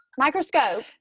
Microscope